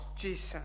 Jesus